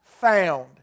Found